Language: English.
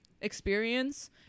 experience